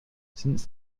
since